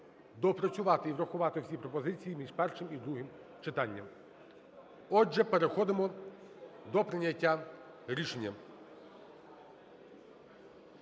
доопрацювати і врахувати всі пропозиції між першим і другим читанням. Отже, переходимо до прийняття рішення.